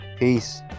Peace